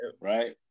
Right